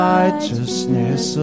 Righteousness